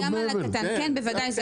כן, בוודאי.